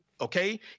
okay